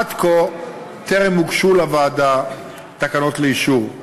עד כה טרם הוגשו לוועדה תקנות לאישור.